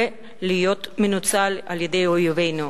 ולהיות מנוצל על-ידי אויבינו.